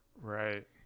right